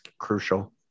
crucial